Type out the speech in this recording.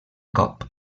cop